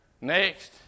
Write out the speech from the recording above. Next